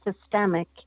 systemic